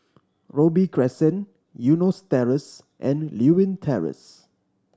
Robey Crescent Eunos Terrace and Lewin Terrace